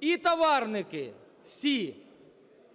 і товарники –